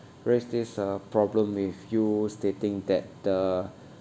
raise this uh problem with you stating that the